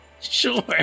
sure